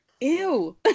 ew